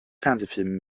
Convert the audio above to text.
fernsehfilmen